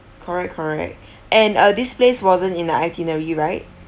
correct correct and uh this place wasn't in the itinerary right